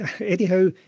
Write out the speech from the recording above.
Anyhow